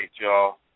y'all